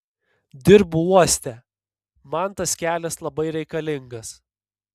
dirbu uoste man tas kelias labai reikalingas